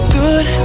good